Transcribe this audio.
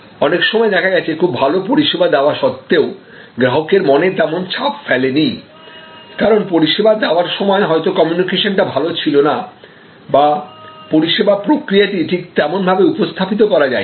অনেক সময় দেখা গেছে খুব ভালো পরিষেবা দেয়া সত্বেও গ্রাহকের মনে তেমন ভালো ছাপ ফেলে নি কারণ পরিষেবা দেওয়ার সময় হয়তো কমিউনিকেশনটি ভালো ছিল না বা পরিষেবা প্রক্রিয়াটি ঠিক তেমনভাবে উপস্থাপিত করা যায় নি